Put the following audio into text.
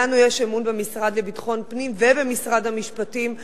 לנו יש אמון במשרד לביטחון פנים ובמשרד המשפטים.